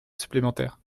supplémentaire